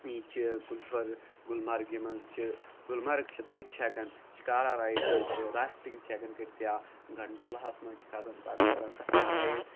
ییٚتہِ چھِ گُلمَرگہِ منٛز چھِ گُلمرگ چھِ تٔتھۍ چھِ ہٮ۪کان شِکارا رایڈ بیترِ رافٹِنٛگ چھِ ہٮ۪کان کٔرِتھ یا گنڈولاہس منٛز چھِ کھَسان پتہٕ کَران تَتھ پٮ۪ٹھ رایڈ